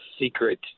secret